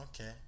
okay